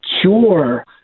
cure